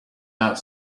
not